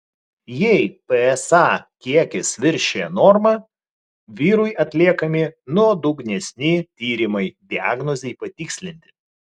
jei psa kiekis viršija normą vyrui atliekami nuodugnesni tyrimai diagnozei patikslinti